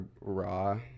raw